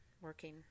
working